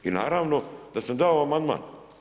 I naravno da sam dao amandman.